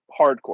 hardcore